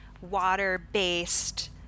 water-based